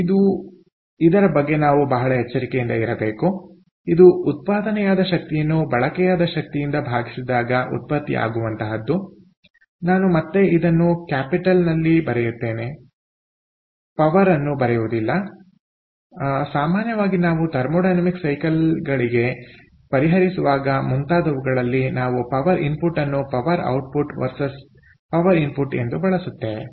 ಆದ್ದರಿಂದ ಇದು ಇದರ ಬಗ್ಗೆ ನಾವು ಬಹಳ ಎಚ್ಚರಿಕೆಯಿಂದ ಇರಬೇಕು ಇದು ಉತ್ಪಾದನೆಯಾದ ಶಕ್ತಿಯನ್ನು ಬಳಕೆಯಾದ ಶಕ್ತಿಯಿಂದ ಭಾಗಿಸಿದಾಗ ಉತ್ಪತ್ತಿ ಆಗುವಂತಹದ್ದು ನಾನು ಮತ್ತೆ ಇದನ್ನು ಕ್ಯಾಪಿಟಲ್ನಲ್ಲಿ ಬರೆಯುತ್ತೇನೆ ಪವರ್ಅನ್ನು ಬರೆಯುವುದಿಲ್ಲ ಸಾಮಾನ್ಯವಾಗಿ ನಾವು ಥರ್ಮೋಡೈನಮಿಕ್ ಸೈಕಲ್ ಗಳಿಗೆ ಪರಿಹರಿಸುವಾಗ ಮುಂತಾದವುಗಳಲ್ಲಿ ನಾವು ಪವರ್ ಇನ್ಪುಟ್ ಅನ್ನು power output VS power input ಎಂದು ಬಳಸುತ್ತೇವೆ